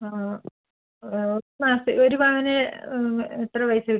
ഒരു മാസത്തേക്ക് ഒരു പവന് എത്ര പൈസ കിട്ടും